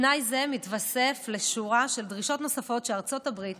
תנאי זה מתוסף לשורה של דרישות נוספות שארצות הברית